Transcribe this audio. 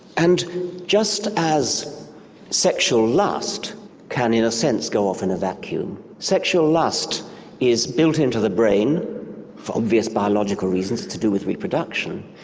and just as sexual lust can in a sense go off in a vacuum, sexual lust is built in to the brain for obvious biological reasons to do with reproduction,